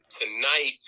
tonight